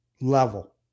level